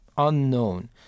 Unknown